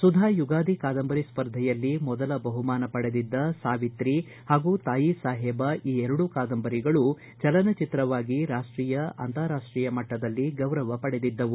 ಸುಧಾ ಯುಗಾದಿ ಕಾದಂಬರಿ ಸ್ಪರ್ಧೆಯಲ್ಲಿ ಮೊದಲ ಬಹುಮಾನ ಪಡೆದಿದ್ದ ಸಾವಿತ್ರಿ ಹಾಗೂ ತಾಯಿ ಸಾಹೇಬ ಈ ಎರಡೂ ಕಾದಂಬರಿಗಳು ಚಲನಚಿತ್ರವಾಗಿ ರಾಷ್ಟೀಯ ಅಂರಾರಾಷ್ಟೀಯ ಮಟ್ಟದಲ್ಲಿ ಗೌರವ ಪಡೆದಿದ್ದವು